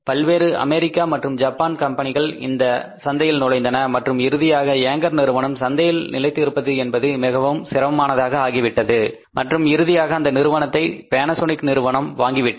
பல்வேறு அமெரிக்கா மற்றும் ஜப்பான் கம்பெனிகள் இந்த சந்தையில் நுழைந்தன மற்றும் இறுதியாக ஏங்கர் நிறுவனம் சந்தையில் நிலைத்து இருப்பது என்பது மிகவும் சிரமமானதாக ஆகிவிட்டது மற்றும் இறுதியாக அந்த நிறுவனத்தை பேனசோனிக் நிறுவனம் வாங்கி விட்டது